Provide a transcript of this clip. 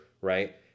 right